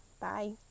Bye